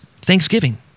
Thanksgiving